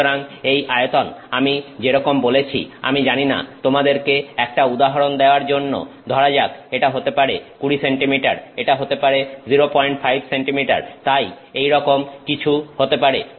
সুতরাং এই আয়তন আমি যেরকম বলেছি আমি জানিনা তোমাদেরকে একটা উদাহরণ দেয়ার জন্য ধরা যাক এটা হতে পারে 20 সেন্টিমিটার এটা হতে পারে 05 সেন্টিমিটার তাই এইরকম কিছু হতে পারে